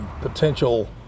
potential